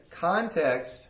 context